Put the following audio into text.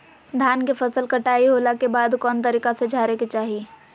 धान के फसल कटाई होला के बाद कौन तरीका से झारे के चाहि?